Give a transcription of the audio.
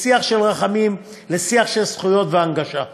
משיח של רחמים לשיח של זכויות והנגשה,